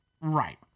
Right